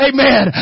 Amen